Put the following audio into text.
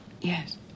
Yes